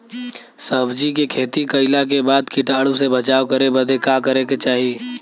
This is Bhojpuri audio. सब्जी के खेती कइला के बाद कीटाणु से बचाव करे बदे का करे के चाही?